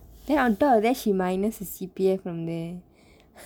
then on top of that she minus the C_P_F from there